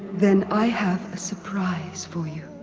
then i have a surprise for you.